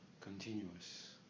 continuous